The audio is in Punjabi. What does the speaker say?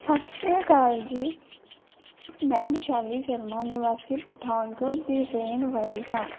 ਸਤਿ ਸ਼੍ਰੀ ਅਕਾਲ ਜੀ ਮੈਂ ਵਿਸ਼ਾਲੀ ਸ਼ਰਮਾ ਨਿਵਾਸੀ ਪਠਾਨਕੋਟ ਦੀ ਰਹਿਣ ਵਾਲੀ ਹਾਂ